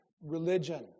religion